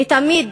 היא תמיד